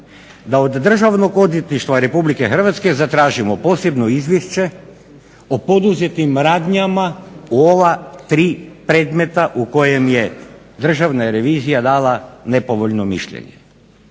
da od Državnog odvjetništva Republike Hrvatske zatražimo posebno izvješće o poduzetim radnjama u ova tri predmeta u kojem je Državna revizija dala nepovoljno mišljenje.